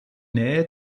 nähe